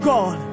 God